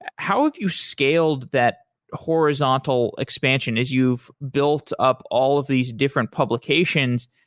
how have you scaled that horizontal expansion as you've built up all of these different publications?